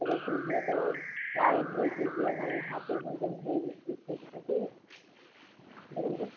चलो ठीक है तो गाड़ी भेज दीजिए मैं यहाँ पर हूँ जंघई स्टेसन पर भेज दो